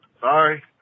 Sorry